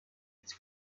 its